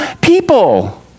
people